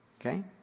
Okay